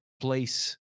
place